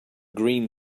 green